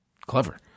Clever